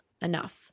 enough